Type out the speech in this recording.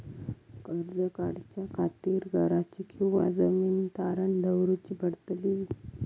कर्ज काढच्या खातीर घराची किंवा जमीन तारण दवरूची पडतली?